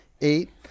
eight